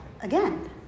again